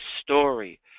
story